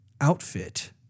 outfit